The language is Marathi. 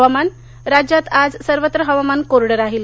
हवामान राज्यात आज सर्वत्र हवामान कोरडं राहील